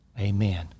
Amen